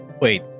Wait